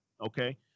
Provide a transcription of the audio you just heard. okay